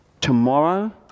Tomorrow